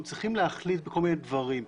הם צריכים להחליט בכל מיני דברים.